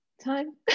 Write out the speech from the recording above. time